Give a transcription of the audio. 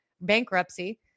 bankruptcy